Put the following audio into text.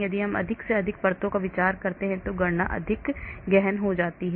यदि हम अधिक से अधिक परतों पर विचार करते हैं तो गणना अधिक गहन हो जाती है